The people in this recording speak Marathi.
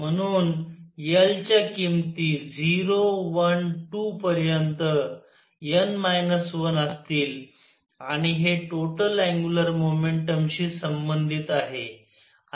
म्हणून l च्या किमती 0 1 2 पर्यंत n 1 असतील आणि हे टोटल अँग्युलर मोमेंटमशी संबंधित आहे